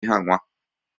hag̃ua